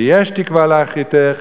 ויש תקווה לאחריתך,